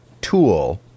tool